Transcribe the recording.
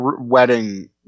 Wedding